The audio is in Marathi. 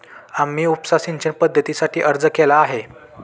आम्ही उपसा सिंचन पद्धतीसाठी अर्ज केला आहे